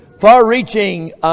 far-reaching